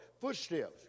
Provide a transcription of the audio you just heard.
Footsteps